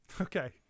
Okay